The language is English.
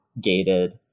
gated